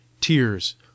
Tears